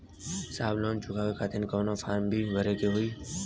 साहब लोन चुकावे खातिर कवनो फार्म भी भरे के होइ?